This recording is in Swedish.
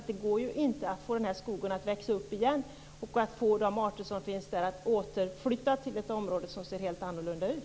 Det går ju inte att få skogen att växa upp igen och att få de arter som fanns där att flytta tillbaka till ett område som ser helt annorlunda ut.